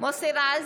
מוסי רז,